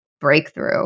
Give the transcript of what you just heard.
breakthrough